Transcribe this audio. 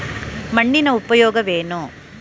ಮಣ್ಣಿನ ಉಪಯೋಗವೇನು?